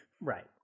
Right